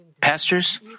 Pastors